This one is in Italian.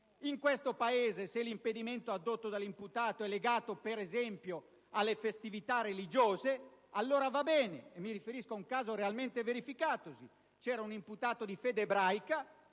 In questo Paese, se l'impedimento addotto dall'imputato è legato, ad esempio, alle festività religiose, allora va bene. Mi riferisco a un caso realmente verificatosi: un imputato di fede ebraica